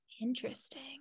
Interesting